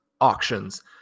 auctions